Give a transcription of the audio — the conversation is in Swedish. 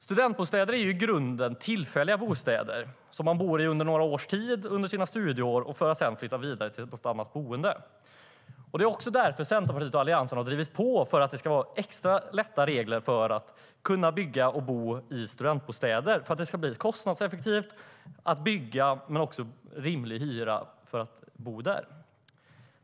Studentbostäder är i grunden tillfälliga bostäder som man bor i under sina studieår för att sedan flytta vidare till ett annat boende. Det är just därför som Centerpartiet och Alliansen har drivit på för att det ska vara extra lätta regler för att bygga och bo i studentbostäder. Det ska vara kostnadseffektivt att bygga studentbostäder och det ska vara en rimlig hyra för att bo där.